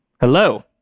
Hello